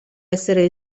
essere